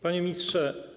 Panie Ministrze!